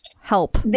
help